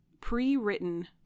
pre-written